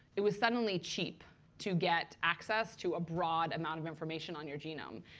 it was suddenly cheap to get access to a broad amount of information on your genome.